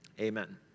Amen